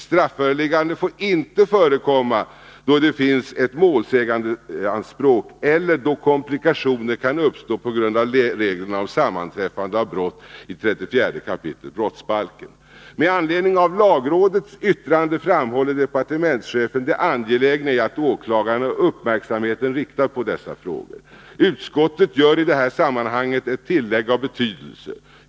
Strafföreläggande får inte förekomma då det finns ett målsägandeanspråk eller då komplikationer kan uppstå på grund av reglerna om sammanträffande av brott i 34 kap. brottsbalken. Med anledning av lagrådets yttrande framhåller departementschefen det angelägna i att åklagaren har uppmärksamheten riktad på dessa frågor. Utskottet gör i detta sammanhang ett tillägg av betydelse.